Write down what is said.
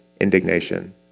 indignation